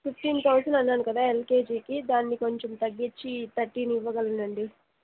fifteen thousand అన్నాను కదా ఎల్కేజీకి దాన్ని కొంచెం తగ్గించి థర్టీన్ ఇవ్వగలనండి